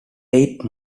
eight